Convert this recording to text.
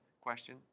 question